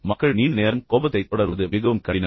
மக்கள் நீண்ட நேரம் கோபத்தைத் தொடர்வது மிகவும் கடினம்